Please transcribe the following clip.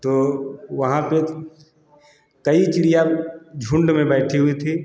तो वहाँ पे कई चिड़िया झुंड में बैठी हुई थी